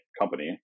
company